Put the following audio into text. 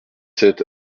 sept